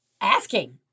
asking